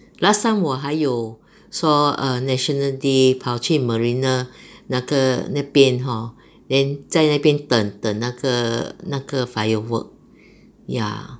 last time 我还有说 err national day 跑去 marina 那个那边 hor then 在那边等等那个那个 firework ya